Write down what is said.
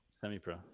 Semi-pro